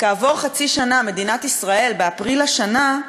כעבור חצי שנה, מדינת ישראל, באפריל השנה,